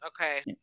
okay